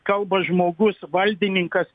kalba žmogus valdininkas